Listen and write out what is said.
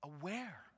aware